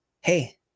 hey